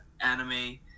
anime